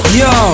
yo